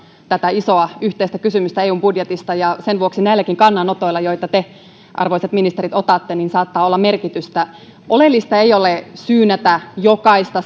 tätä isoa yhteistä kysymystä eun budjetista ja sen vuoksi näilläkin kannanotoilla joita te arvoisat ministerit otatte saattaa olla merkitystä oleellista ei ole syynätä jokaista